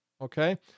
Okay